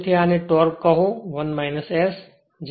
તેથી આ ટોર્ક ને કહો 1 S